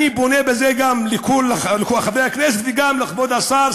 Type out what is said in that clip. אני פונה בזה גם לכל חברי הכנסת וגם לכבוד השר,